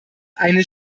eine